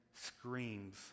screams